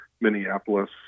minneapolis